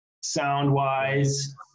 sound-wise